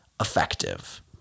effective